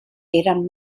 eren